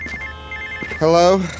Hello